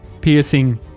piercing